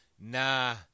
nah